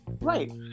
Right